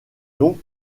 donc